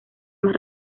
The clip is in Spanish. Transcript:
más